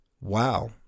Wow